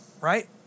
right